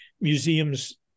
museums